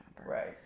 right